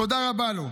תודה רבה לו.